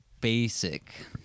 basic